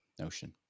notion